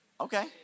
okay